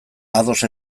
ados